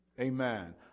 amen